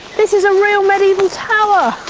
this is a real medieval tower.